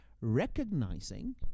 recognizing